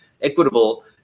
equitable